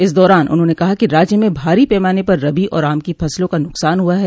इस दौरान उन्होंने कहा कि राज्य में भारी पैमाने पर रबी और आम की फ़सलों का नुकसान हुआ है